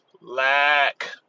Lack